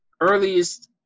earliest